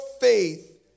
faith